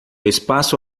espaço